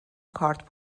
کارت